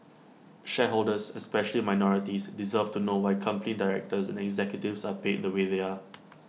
shareholders especially minorities deserve to know why company directors and executives are paid the way they are